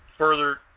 further